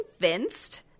convinced